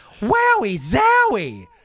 wowie-zowie